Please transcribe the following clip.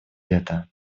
это